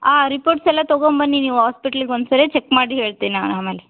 ಆ ರಿಪೋರ್ಟ್ಸೆಲ್ಲ ತಗೋಬನ್ನಿ ನೀವು ಹಾಸ್ಪೆಟ್ಲಿಗೆ ಒಂದು ಸರಿ ಚಕ್ ಮಾಡಿ ಹೇಳ್ತೀನಿ ನಾ ಆಮೇಲೆ